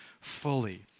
fully